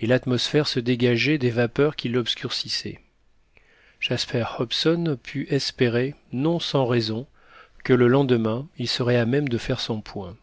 et l'atmosphère se dégageait des vapeurs qui l'obscurcissaient jasper hobson put espérer non sans raison que le lendemain il serait à même de faire son point